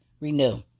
Renew